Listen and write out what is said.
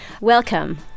Welcome